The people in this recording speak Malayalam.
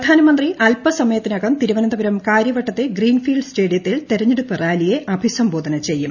പ്രധാനമന്ത്രി അൽപസമയത്തിനകം തിരുവനന്തപുരം കാര്യവട്ടത്തെ ഗ്രീൻഫീൽഡ് സ്റ്റേഡിയത്തിൽ തെരഞ്ഞെടുപ്പ് റാലിയെ അഭിസംബോധന ചെയ്യും